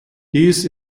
dies